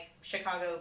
Chicago